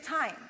time